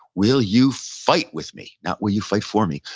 will you fight with me? not will you fight for me.